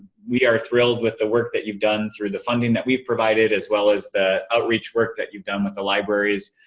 we are thrilled with the work that you've done through the funding that we've provided, as well as the outreach work that you've done with the libraries